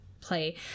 play